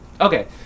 Okay